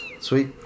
Sweet